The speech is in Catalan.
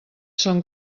són